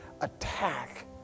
attack